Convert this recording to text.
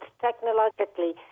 technologically